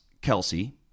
Kelsey